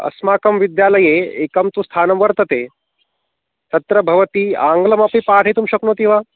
अस्माकं विद्यालये एकं तु स्थानं वर्तते तत्र भवती आङ्ग्लमपि पाठयितुं शक्नोति वा